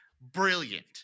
brilliant